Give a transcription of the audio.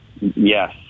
Yes